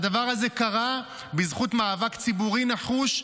אבל הדבר הזה קרה בזכות מאבק ציבורי נחוש,